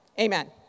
Amen